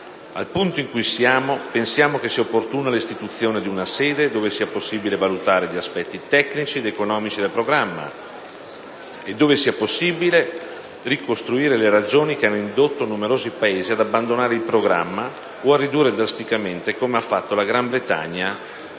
Al punto in cui siamo, pensiamo sia opportuna l'istituzione di una sede dove sia possibile valutare gli aspetti tecnici ed economici del programma e dove sia possibile ricostruire le ragioni che hanno indotto numerosi Paesi ad abbandonare il programma o a ridurlo drasticamente, come ha fatto la Gran Bretagna